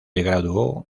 graduó